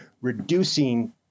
reducing